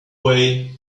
way